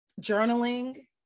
journaling